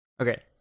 Okay